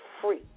free